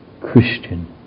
Christian